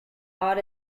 god